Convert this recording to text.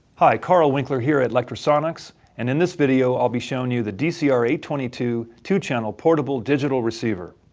hi, karl winkler here at lectrosonics and in this video i'll be showing you the d c r eight two two two-channel portable digital receiver.